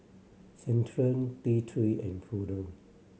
Centrum T Three and Futuro